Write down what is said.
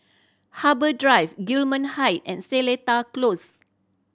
Harbour Drive Gillman Height and Seletar Close